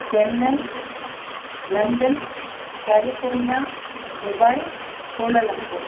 Chennai London California Dubai Kuala Lumpur